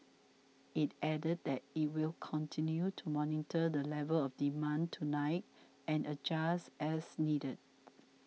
it added that it will continue to monitor the level of demand tonight and adjust as needed